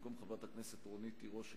במקום חברת הכנסת רונית תירוש,